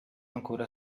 ancora